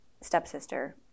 stepsister